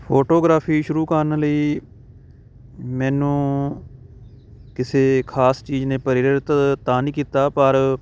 photography ਸ਼ੁਰੂ ਕਰਨ ਲਈ ਮੈਨੂੰ ਕਿਸੇ ਖਾਸ ਚੀਜ਼ ਨੇ ਪ੍ਰੇਰਿਤ ਤਾਂ ਨਹੀਂ ਕੀਤਾ ਪਰ